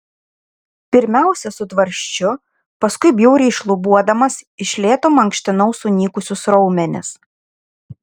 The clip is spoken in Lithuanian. pirmiausia su tvarsčiu paskui bjauriai šlubuodamas iš lėto mankštinau sunykusius raumenis